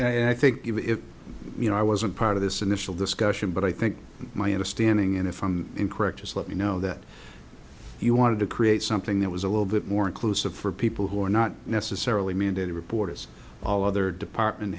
and i think you know i wasn't part of this initial discussion but i think my understanding and it from incorrect is let me know that you wanted to create something that was a little bit more inclusive for people who are not necessarily mean that reporters all other department